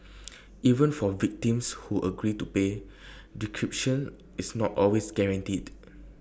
even for victims who agree to pay decryption is not always guaranteed